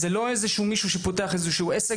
וזה לא מישהו שפותח עסק,